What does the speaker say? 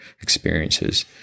experiences